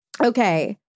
Okay